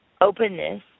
openness